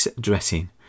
dressing